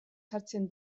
sartzen